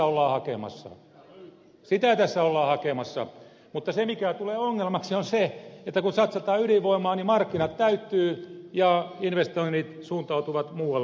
sitä tässä ollaan hakemassa mutta se mikä tulee ongelmaksi on se että kun satsataan ydinvoimaan niin markkinat täyttyvät ja investoinnit suuntautuvat muualle